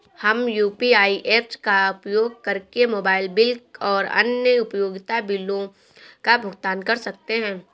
हम UPI apps का उपयोग करके मोबाइल बिल और अन्य उपयोगिता बिलों का भुगतान कर सकते हैं